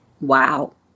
Wow